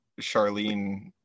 Charlene